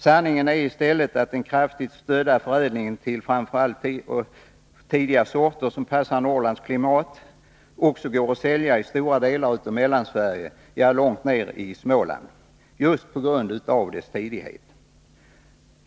Sanningen är i stället att den kraftigt stödda förädlingen till framför allt tidiga sorter, som passar Norrlands klimat, också går att sälja i stora delar av Mellansverige — ja, långt ner i Småland — just på grund av sin tidighet.